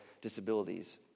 disabilities